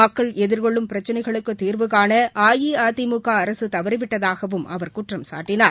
மக்கள் எதிர்கொள்ளும் பிரச்சினைகளுக்கு தீர்வுகாண அஇஅதிமுக அரசு தவறிவிட்டதாகவும் அவர் குற்றம் சாட்டினார்